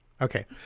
Okay